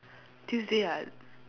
Tuesday ah